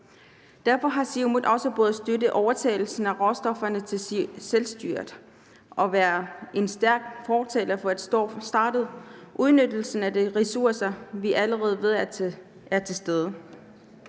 Derfor har Siumut også både støttet selvstyrets overtagelse af råstofferne og været en stærk fortaler for at få startet udnyttelsen af de ressourcer, vi allerede ved er til stede.